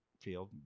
field